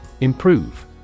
Improve